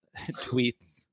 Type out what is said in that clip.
tweets